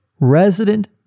resident